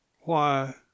Why